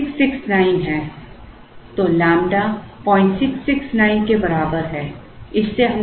तो लैम्ब्डा 0669 के बराबर है